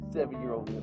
Seven-year-old